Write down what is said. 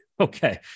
Okay